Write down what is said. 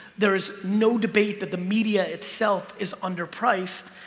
there is no debate that the media itself is underpriced,